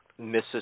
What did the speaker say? Mrs